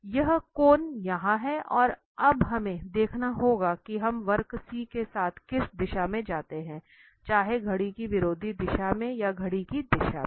तो यह कोन यहाँ है और अब हमें देखना होगा कि हम वक्र C के साथ किस दिशा में जाते हैं चाहे घड़ी की विरोधी दिशा में या घड़ी की दिशा में